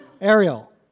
Ariel